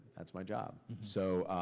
that's my job. so